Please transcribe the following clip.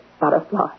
butterfly